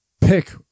pick